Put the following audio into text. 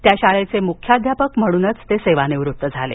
त्या शाळेचे मुख्याध्यापक म्हणून ते सेवानिवृत्त झाले